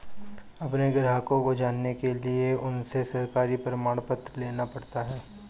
अपने ग्राहक को जानने के लिए उनसे सरकारी प्रमाण पत्र लेना पड़ता है